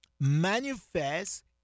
manifest